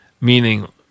Meaning